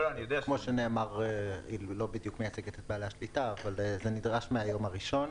כמו שנאמר, זה נדרש מהיום הראשון.